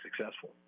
successful